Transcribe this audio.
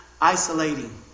Isolating